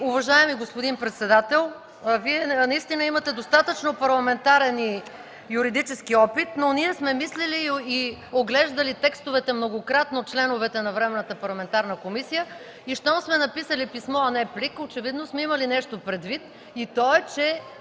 уважаеми господин председател, Вие наистина имате достатъчно парламентарен и юридически опит, но ние сме мислили и оглеждали текстовете многократно – членовете на Временната парламентарна комисия, и щом сме написали „писмо”, а не „плик” очевидно сме имали нещо предвид и то е, че